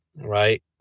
right